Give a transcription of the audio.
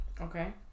Okay